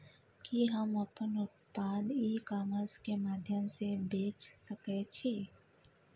कि हम अपन उत्पाद ई कॉमर्स के माध्यम से बेच सकै छी?